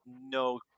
no